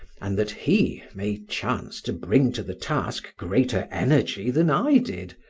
and that he may chance to bring to the task greater energy than i did,